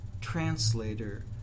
translator